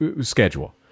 schedule